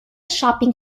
shopping